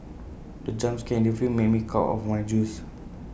the jump scare in the film made me cough out my juice